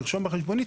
ירשום חשבונית,